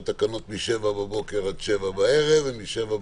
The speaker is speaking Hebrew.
תקנות מ-07:00 בבוקר עד 19:00 בערב,